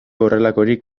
horrelakorik